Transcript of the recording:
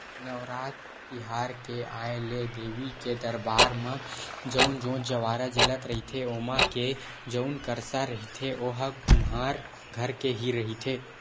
नवरात तिहार के आय ले देवी के दरबार म जउन जोंत जंवारा जलत रहिथे ओमा के जउन करसा रहिथे ओहा कुम्हार घर के ही रहिथे